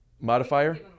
modifier